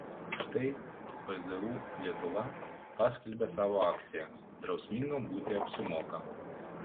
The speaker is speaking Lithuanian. štai pzu lietuva paskelbė savo akciją drausmingam būti apsimoka